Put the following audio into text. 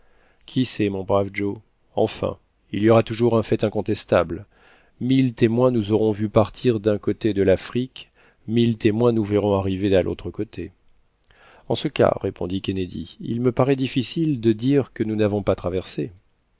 qui sait mon brave joe enfin il y aura toujours un fait incontestable mille témoins nous auront vu partir d'un côté de l'afrique mille témoins nous verront arriver à l'autre côté en ce cas répondit kennedy il me paraît difficile de dire que nous n'avons pas traversé